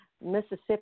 Mississippi